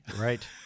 Right